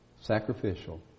Sacrificial